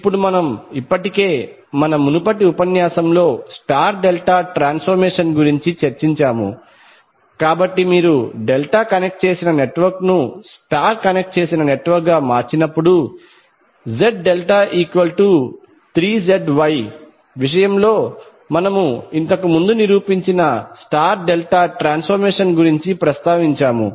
ఇప్పుడు మనము ఇప్పటికే మన మునుపటి ఉపన్యాసంలో స్టార్ డెల్టా ట్రాన్సఫర్మేషన్ గురించి చర్చించాము కాబట్టి మీరు డెల్టా కనెక్ట్ చేసిన నెట్వర్క్ను స్టార్ కనెక్ట్ చేసిన నెట్వర్క్గా మార్చినప్పుడు Z∆3ZY విషయంలో మనము ఇంతకు ముందు నిరూపించిన స్టార్ డెల్టా ట్రాన్సఫర్మేషన్ గురించి ప్రస్తావించాము